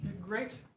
Great